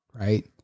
right